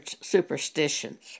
superstitions